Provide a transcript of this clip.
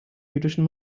jüdischen